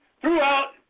throughout